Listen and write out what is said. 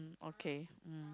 okay